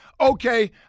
Okay